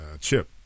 Chip